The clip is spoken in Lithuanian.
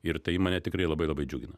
ir tai mane tikrai labai labai džiugina